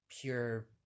pure